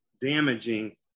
damaging